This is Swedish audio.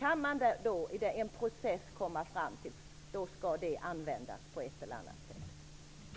Om man då i en process kan komma fram till ett förslag, skall detta förslag användas på ett eller annat sätt.